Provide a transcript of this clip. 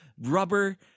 rubber